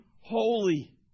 holy